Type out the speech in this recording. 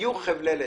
יהיו חבלי לידה.